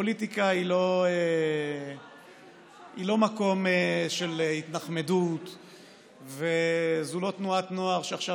הפוליטיקה היא לא מקום של התנחמדות וזו לא תנועת נוער שעכשיו